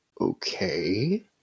okay